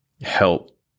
help